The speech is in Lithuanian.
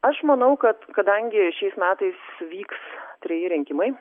aš manau kad kadangi šiais metais vyks treji rinkimai